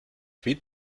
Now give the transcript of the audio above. viel